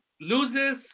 loses